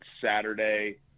Saturday